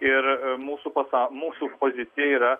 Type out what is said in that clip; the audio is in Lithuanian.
ir mūsų pasa mūsų pozicija yra